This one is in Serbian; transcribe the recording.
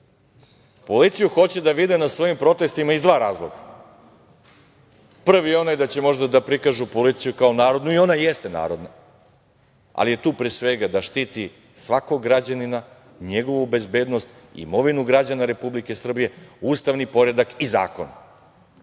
Policiju hoće da vide na svojim protestima iz dva razloga, prvi je onaj da će možda da prikažu policiju kao narodnu i ona jeste narodna, ali je tu pre svega da štiti svakog građanina, njegovu bezbednost, imovinu građana Republike Srbije, ustavni poredak i zakon.